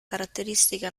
caratteristiche